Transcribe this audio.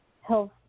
health